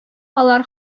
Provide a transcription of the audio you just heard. алар